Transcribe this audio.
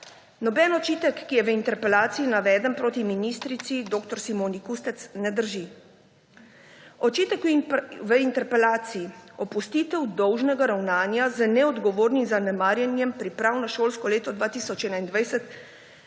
Noben očitek, ki je v interpelaciji naveden proti ministrici dr. Simoni Kustec, ne drži. Očitek v interpelaciji opustitev dolžnega ravnanja z neodgovornim zanemarjanjem priprav na šolsko leto